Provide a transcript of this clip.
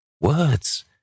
Words